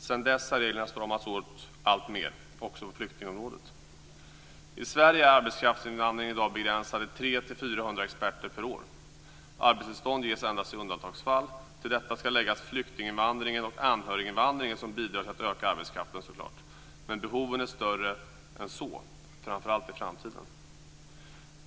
Sedan dess har reglerna stramats åt alltmer, också på flyktingområdet. I Sverige är arbetskraftsinvandringen i dag begränsad till 300-400 experter per år. Arbetstillstånd ges endast i undantagsfall. Till detta ska läggas flyktinginvandringen och anöriginvandringen, som bidrar till att öka arbetskraften. Men behoven är större än så, framför allt i framtiden.